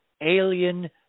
alien